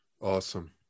Awesome